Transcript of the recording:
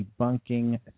debunking